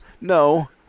No